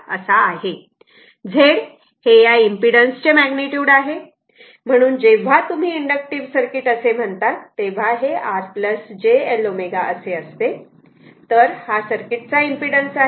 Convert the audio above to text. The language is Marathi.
Z हे या इम्पीडन्स चे मॅग्निट्युड आहे म्हणून जेव्हा तुम्ही इंडक्टिव्ह सर्किट असे म्हणतात तेव्हा हे R j L ω असे असते तर हा सर्किटचा इम्पीडन्स आहे